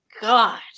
god